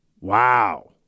Wow